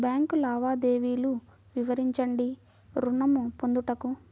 Bank లావాదేవీలు వివరించండి ఋణము పొందుటకు?